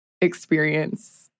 experience